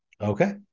Okay